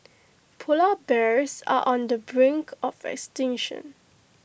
Polar Bears are on the brink of extinction